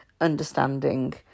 understanding